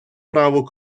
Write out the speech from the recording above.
право